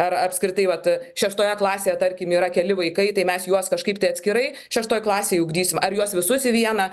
ar apskritai vat šeštoje klasėje tarkim yra keli vaikai tai mes juos kažkaip tai atskirai šeštoj klasėj ugdysim ar juos visus į vieną